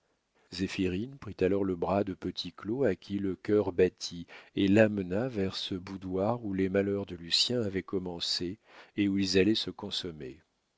prit alors le bras de petit claud à qui le cœur battit et l'amena vers ce boudoir où les malheurs de lucien avaient commencé et où ils allaient se consommer